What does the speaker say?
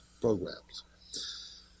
programs